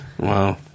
wow